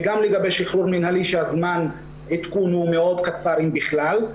וגם לא לגבי שחרור מינהלי שזמן העדכון מאוד קצר אם בכלל,